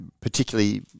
particularly –